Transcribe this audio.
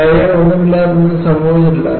പരാജയങ്ങളൊന്നുമില്ലാതെ ഒന്നും സംഭവിച്ചിട്ടില്ല